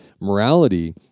morality